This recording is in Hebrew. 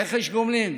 רכש גומלין,